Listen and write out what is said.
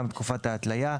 גם תקופת ההתליה.